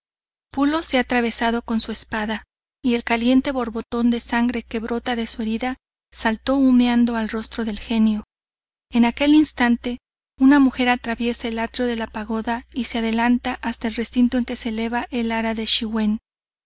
se ha atravesado con su espada y el caliente borbotón de sangre que brota de su herida salto humeando al rostro del genio en aquel instante una mujer atraviesa el atrio de la pagoda y se adelanta hasta el recinto en que se eleva el ara de